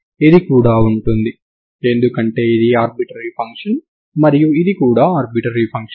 ఇది కూడా ఉంటుంది ఎందుకంటే ఇది ఆర్బిట్రరీ ఫంక్షన్ మరియు ఇది కూడా ఆర్బిట్రరీ ఫంక్షన్